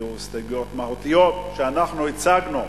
היו הסתייגויות מהותיות שאנחנו הצגנו,